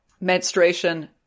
Menstruation